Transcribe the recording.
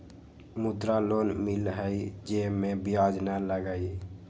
मुद्रा लोन मिलहई जे में ब्याज न लगहई?